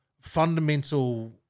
fundamental